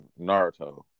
Naruto